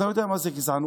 אתה יודע מה זה גזענות?